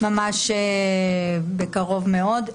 ממש בקרוב מאוד.